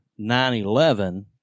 9-11